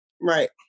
Right